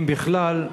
אם בכלל,